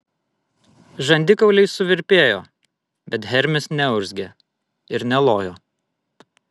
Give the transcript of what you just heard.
žandikauliai suvirpėjo bet hermis neurzgė ir nelojo